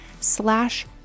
slash